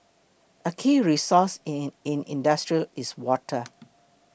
a key resource in industry is water